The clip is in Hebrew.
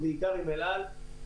ובעיקר עם אל על,